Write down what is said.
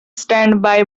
standby